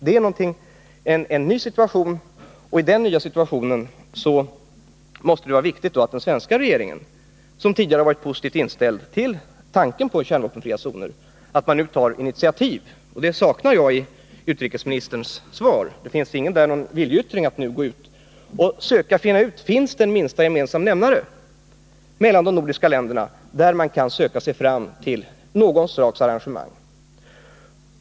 Det är en ny situation, och i den nya situationen måste det vara viktigt att den svenska regeringen, som tidigare varit positivt inställd till tanken på kärnvapenfria zoner, nu tar initiativ. Detta saknar jag i utrikesministerns svar. I svaret finns ingen viljeyttring att nu söka finna en minsta gemensam nämnare för de nordiska länderna, så att man kan söka sig fram till något slags arrangemang.